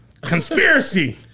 Conspiracy